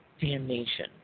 damnation